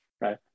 right